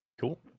Cool